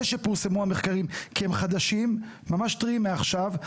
שפורסמו המחקרים כי הם חדשים ממש טריים מעכשיו?